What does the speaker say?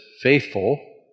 Faithful